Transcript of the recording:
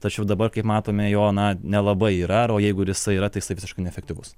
tačiau dabar kai matome jo na nelabai yra o jeigu ir jisai yra tai jisai visiškai neefektyvus